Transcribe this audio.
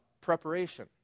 preparation